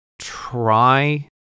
try